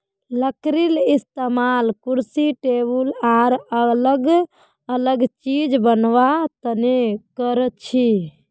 लकडीर इस्तेमाल कुर्सी टेबुल आर अलग अलग चिज बनावा तने करछी